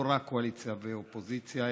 לא רק קואליציה ואופוזיציה,